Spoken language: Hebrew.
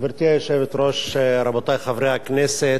גברתי היושבת-ראש, רבותי חברי הכנסת,